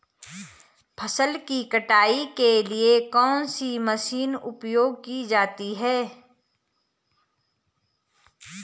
फसल की कटाई के लिए कौन सी मशीन उपयोग की जाती है?